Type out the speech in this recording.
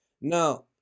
Now